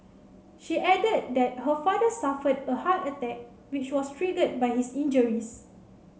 she added that her father suffered a heart attack which was triggered by his injuries